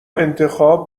انتخاب